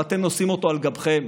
ואתם נושאים אותו על גבכם.